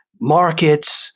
markets